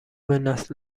نسل